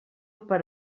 per